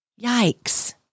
Yikes